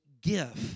gift